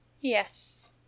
Yes